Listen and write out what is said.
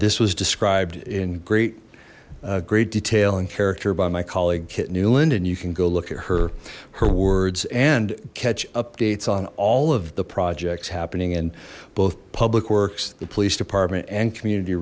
this was described in great great detail and character by my colleague kit nuland and you can go look at her her words and catch updates on all of the projects happening in both public works the police department and community